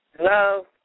hello